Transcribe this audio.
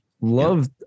love